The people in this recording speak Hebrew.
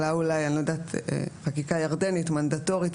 חקיקה ירדנית מנדטורית,